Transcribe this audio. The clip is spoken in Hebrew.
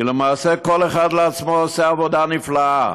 כי למעשה כל אחד לעצמו עושה עבודה נפלאה,